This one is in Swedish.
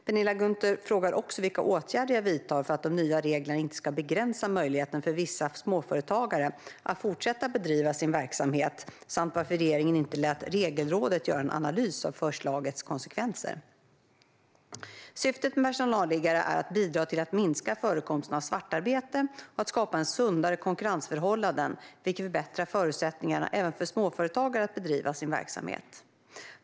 Penilla Gunther frågar också vilka åtgärder jag vidtar för att de nya reglerna inte ska begränsa möjligheten för vissa småföretagare att fortsätta att bedriva sin verksamhet samt varför regeringen inte lät Regelrådet göra en analys av förslagets konsekvenser. Syftet med personalliggare är att bidra till att minska förekomsten av svartarbete och att skapa sundare konkurrensförhållanden, vilket förbättrar förutsättningarna även för småföretagare att bedriva sin verksamhet.